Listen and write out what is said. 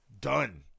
done